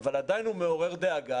אבל עדיין הוא מעורר דאגה,